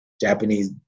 Japanese